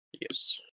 Yes